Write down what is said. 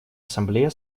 ассамблея